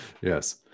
Yes